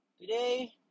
Today